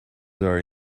are